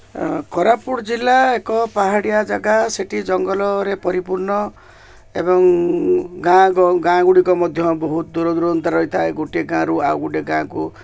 କୋରାପୁଟ ଜିଲ୍ଲା ଏକ ପାହାଡ଼ିଆ ଜାଗା ସେଇଠି ଜଙ୍ଗଲରେ ପରିପୂର୍ଣ୍ଣ ଏବଂ ଗାଁ ଗାଁଗୁଡ଼ିକ ମଧ୍ୟ ବହୁତ ଦୂରଦୂରାନ୍ତର ରହିଥାଏ ଗୋଟେ ଗାଁରୁ ଆଉ ଗୋଟେ ଗାଁକୁ